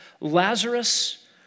Lazarus